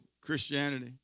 Christianity